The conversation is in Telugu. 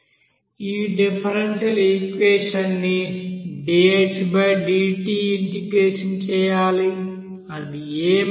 ఈ డిఫరెన్సియల్ఈక్వెషన్ నిdhdt ఇంటిగ్రేట్ చేయాలి అది a bh కు సమానం